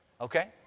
Okay